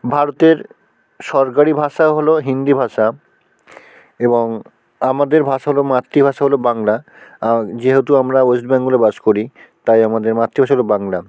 ভারতের সরকারি ভাষা হলো হিন্দি ভাষা এবং আমাদের ভাষা হলো মাতৃভাষা হলো বাংলা যেহেতু আমরা ওয়েস্ট বেঙ্গলে বাস করি তাই আমাদের মাতৃভাষা হল বাংলা